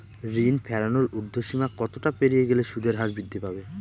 ঋণ ফেরানোর উর্ধ্বসীমা কতটা পেরিয়ে গেলে সুদের হার বৃদ্ধি পাবে?